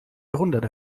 jahrhundert